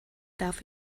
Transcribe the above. darf